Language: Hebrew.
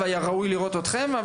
והיה ראוי לראות אתכם.